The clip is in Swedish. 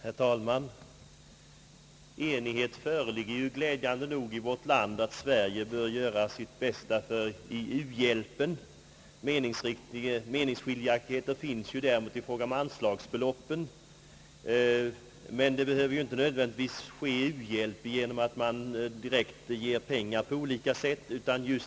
Herr talman! Enighet föreligger glädjande nog i vårt land om att Sverige bör göra sitt bästa för u-hjälpen. Meningsskiljaktigheter finns i fråga om anslagsbeloppen; men u-hjälp behöver inte nödvändigtvis ske bara genom att man direkt ger pengar på olika sätt.